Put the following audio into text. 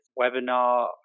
webinar